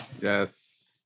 Yes